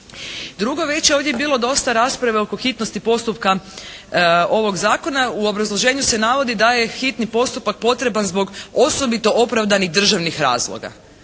Drugo veće je ovdje bilo dosta rasprave oko hitnosti postupka ovog zakona. U obrazloženju se navodi da je hitni postupak potreban zbog osobito opravdanih državnih razloga.